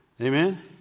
Amen